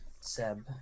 Seb